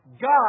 God